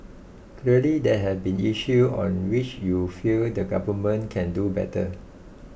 clearly there have been issues on which you feel the government can do better